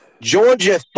Georgia